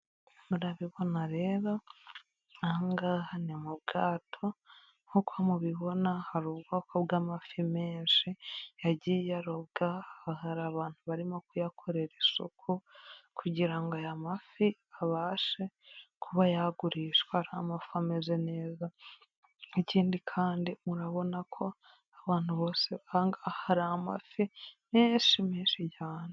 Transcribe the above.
Murabibona rero, aha ngaha ni mu bwato, nk'uko mubibona hari ubwoko bw'amafi menshi, yagiye arobwa, hari abantu barimo kuyakorera isuku, kugira ngo aya mafi abashe kuba yagurishwa ari amafi ameze neza. Ikindi kandi urabona ko abantu bose b'aha ngaha hari amafi menshi menshi cyane.